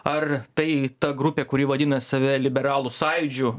ar tai ta grupė kuri vadina save liberalų sąjūdžiu